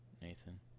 Nathan